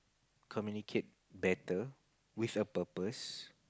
communicate better with a purpose